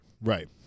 Right